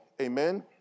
Amen